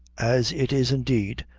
as it is indeed,